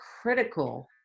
critical